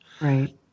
Right